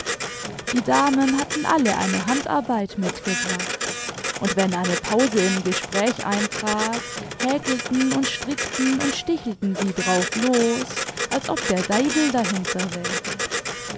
die damen hatten alle eine handarbeit mitgebracht und wenn eine pause im gespräch eintrat häkelten und strickten imd stichelten sie drauf los als ob der deibel dahinter wäre